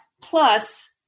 plus